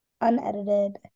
unedited